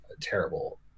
Terrible